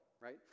right